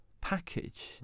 package